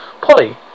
Polly